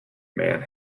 man